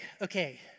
okay